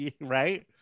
Right